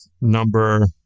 number